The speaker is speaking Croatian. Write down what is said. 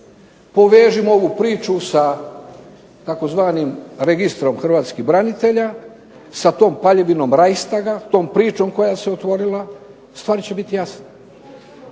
Povežimo ovu priču sa tzv. registrom hrvatskih branitelja, sa tom paljevinom …/Govornik se ne razumije./…, tom pričom koja se otvorila, stvari će biti jasne.